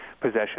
possession